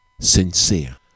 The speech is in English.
sincere